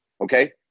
okay